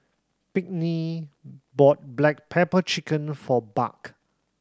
Pinkney bought black pepper chicken for Buck